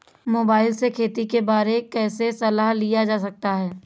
Mobile से खेती के बारे कैसे सलाह लिया जा सकता है?